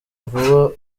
vuba